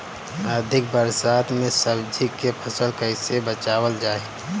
अधिक बरसात में सब्जी के फसल कैसे बचावल जाय?